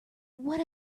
what